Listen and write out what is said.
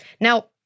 Now